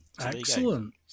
Excellent